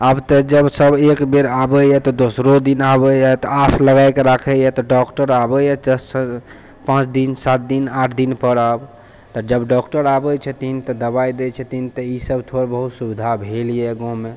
आब तऽ जब सब एक बेर आबै तऽ दोसरो दिन आबै यऽ तऽ आस लगैके राखै यऽ तऽ डॉक्टर आबै यऽ तऽ पाँच दिन सात दिन आठ दिनपर आब तऽ जब डॉक्टर आबै छथिन तऽ दबाइ दै छथिन तऽ इसब थोड़ बहुत सुविधा भेल यऽ गाँवमे